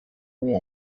nire